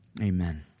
Amen